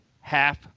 half